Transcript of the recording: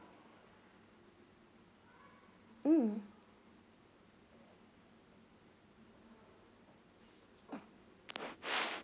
mm